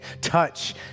touch